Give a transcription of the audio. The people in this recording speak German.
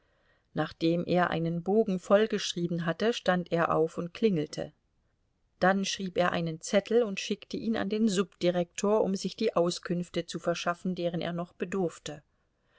nachdem er einen bogen vollgeschrieben hatte stand er auf und klingelte dann schrieb er einen zettel und schickte ihn an den subdirektor um sich die auskünfte zu verschaffen deren er noch bedurfte